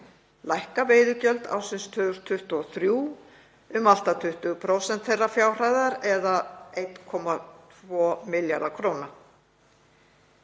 lækka veiðigjöld ársins 2023 um allt að 20% þeirrar fjárhæðar eða 1,2 milljarða kr.